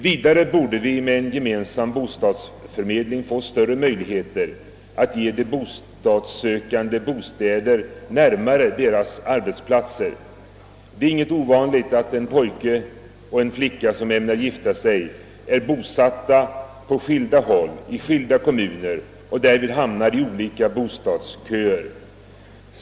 Vidare borde vi med en gemensam bostadsförmedling få bättre möjligheter att ge de bostadssökande bostäder närmare deras arbetsplatser. Det är inte ovanligt att en pojke och en flicka, som ämnar gifta sig, är bosatta i skilda kommuner och därför hamnar i olika bostadsköer.